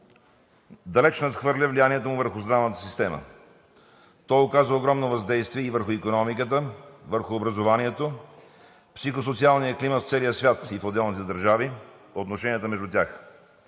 далеч надхвърля влиянието му върху здравната система. То оказва огромно въздействие и върху икономиката, върху образованието, психосоциалния климат в целия свят и в отделните държави, отношенията между тях.